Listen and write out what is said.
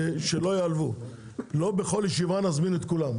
שלא ייעלבו, לא בכל ישיבה נזמין את כולם.